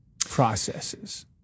processes